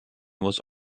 was